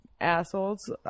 assholes